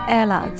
Ella